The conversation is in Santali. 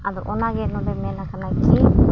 ᱟᱫᱚ ᱚᱱᱟᱜᱮ ᱱᱚᱰᱮ ᱢᱮᱱ ᱠᱟᱱᱟ ᱡᱮ